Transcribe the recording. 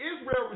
Israel